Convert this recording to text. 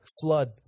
flood